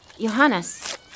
Johannes